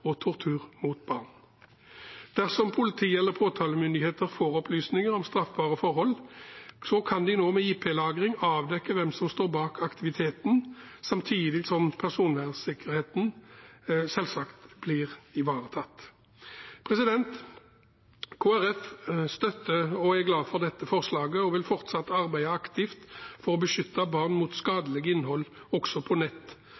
og tortur mot barn. Dersom politi eller påtalemyndigheter får opplysninger om straffbare forhold, kan de nå med IP-lagring avdekke hvem som står bak aktiviteten, samtidig som personvernsikkerheten selvsagt blir ivaretatt. Kristelig Folkeparti støtter og er glad for dette forslaget og vil fortsatt arbeide aktivt for å beskytte barn mot skadelig innhold også på nett,